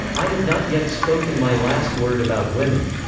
i have not yet spoken my last word about women.